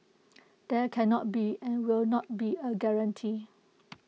there cannot be and will not be A guarantee